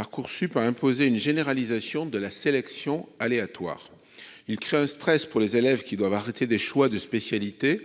Parcoursup a imposé la généralisation de la sélection aléatoire et il crée un stress pour les élèves, qui doivent arrêter des choix de spécialité